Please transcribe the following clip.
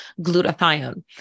glutathione